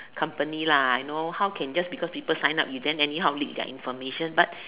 company lah you know how can just because people sign up you then just anyhow leak their information but